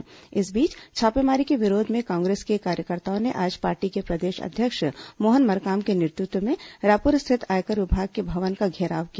ह स बीच छापेमारी के विरोध में कांग्रेस के कार्यकर्ताओं ने आज पार्टी के प्रदेश अध्यक्ष मोहन मरकाम के नेतृत्व में रायपुर स्थित आयकर विभाग के भवन का घेराव किया